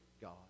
God